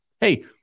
Hey